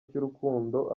cy’urukundo